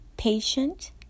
Patient